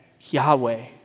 Yahweh